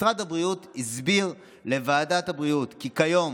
משרד הבריאות הסביר לוועדת הבריאות כי כיום